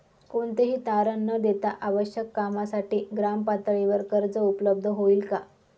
कोणतेही तारण न देता आवश्यक कामासाठी ग्रामपातळीवर कर्ज उपलब्ध होईल का?